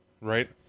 Right